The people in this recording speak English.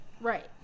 Right